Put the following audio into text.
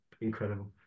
incredible